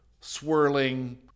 swirling